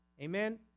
amen